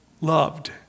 loved